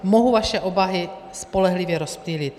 Mohu vaše obavy spolehlivě rozptýlit.